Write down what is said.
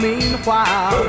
Meanwhile